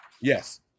Yes